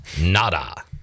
Nada